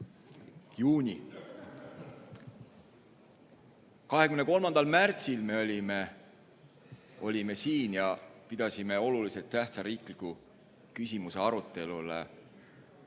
Juuni. 23. märtsil me olime siin ja pidasime oluliselt tähtsa riikliku küsimuse arutelu.